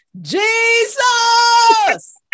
Jesus